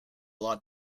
lot